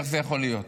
איך זה יכול להיות?